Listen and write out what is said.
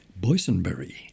Boysenberry